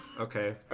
Okay